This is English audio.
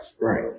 right